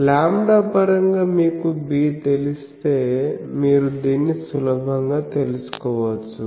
lambda పరంగా మీకు b తెలిస్తే మీరు దీన్ని సులభంగా తెలుసుకోవచ్చు